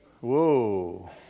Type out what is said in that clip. Whoa